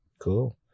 cool